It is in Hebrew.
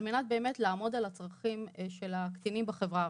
על מנת לעמוד על הצרכים של הקטינים בחברה הערבית.